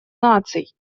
наций